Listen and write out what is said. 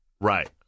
Right